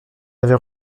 avais